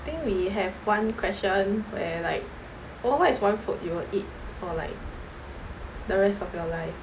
I think we have one question where like oh what is one food you will eat for like the rest of your life